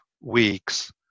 weeks